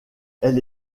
elle